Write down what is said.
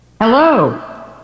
Hello